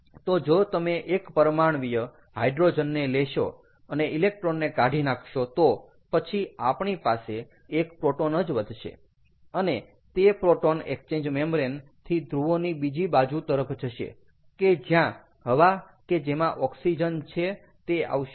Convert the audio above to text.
તો જો તમે એક પરમાણ્વીય હાઈડ્રોજનને લેશો અને ઇલેક્ટ્રોન ને કાઢી નાખશો તો પછી આપણી પાસે એક પ્રોટોન જ વધશે અને તે પ્રોટોન એકચેન્જ મેમ્બ્રેન થી ધ્રુવોની બીજી બાજુ તરફ જશે કે જ્યાં હવા કે જેમાં ઓક્સિજન છે તે આવશે